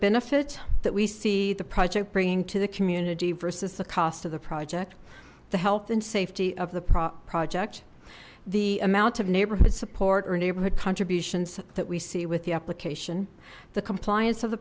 benefits that we see the project bringing to the community versus the cost of the project the health and safety of the project the amount of neighborhood support or neighborhood contributions that we see with the application the